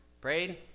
prayed